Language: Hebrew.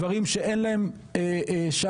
דברים שאין להם שחר,